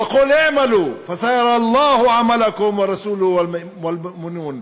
וקל אעמלו פסירא אללה הוא עמלכם ורסולה ואלמאמנון.